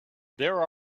there